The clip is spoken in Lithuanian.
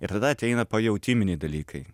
ir tada ateina pajautiminiai dalykai